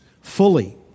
Fully